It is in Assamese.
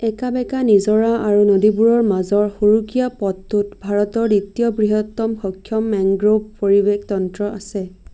একা বেঁকা নিজৰা আৰু নদীবোৰৰ মাজৰ সুৰুকীয়া পথটোত ভাৰতৰ দ্বিতীয় বৃহত্তম সক্ষম মেংগ্ৰোভ পৰিৱেশ তন্ত্ৰ আছে